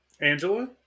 Angela